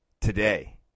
today